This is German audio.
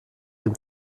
dem